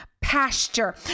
pasture